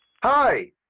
Hi